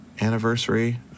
anniversary